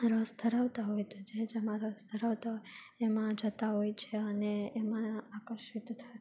રસ ધરાવતા હોય તો જે જેમાં રસ ધરાવતા હોય એમાં જતાં હોય છે અને એમાં આકર્ષિત થ